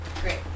Great